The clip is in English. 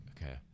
Okay